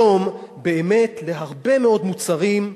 היום להרבה מאוד מוצרים,